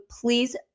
please